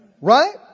Right